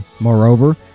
Moreover